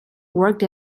worked